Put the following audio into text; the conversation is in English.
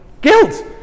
Guilt